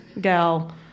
gal